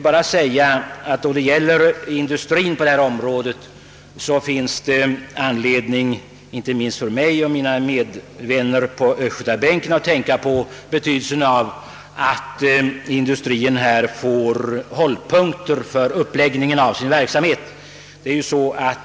Beträffande industrien på området finns det anledning för mig och mina kamrater på östgötabänken att tänka på betydelsen av att den industrien får hållpunkter för uppläggningen av sin verksamhet.